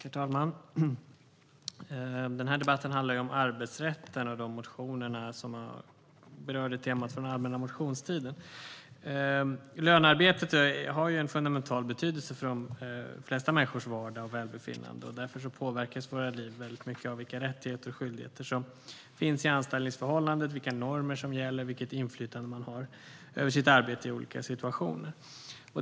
Herr talman! Den här debatten handlar om arbetsrätten och de motioner som berör det temat från allmänna motionstiden. Lönearbetet har en fundamental betydelse för de flesta människors vardag och välbefinnande. Därför påverkas våra liv väldigt mycket av vilka rättigheter och skyldigheter som finns i anställningsförhållandet, vilka normer som gäller och vilket inflytande man har över sitt arbete i olika situationer.